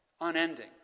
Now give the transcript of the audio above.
unending